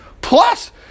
Plus